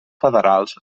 federals